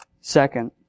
second